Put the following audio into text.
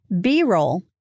B-roll